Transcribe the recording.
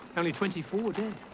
only twenty four dead.